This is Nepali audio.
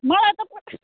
मलाई त